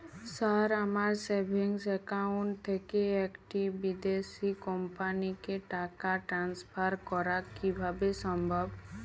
Sir আমার savings account থেকে একটি বিদেশি কোম্পানিকে টাকা ট্রান্সফার করা কীভাবে সম্ভব?